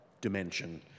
dimension